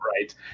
Right